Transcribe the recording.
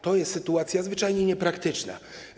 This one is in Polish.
To jest sytuacja zwyczajnie niepraktyczna.